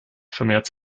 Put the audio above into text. vermehrt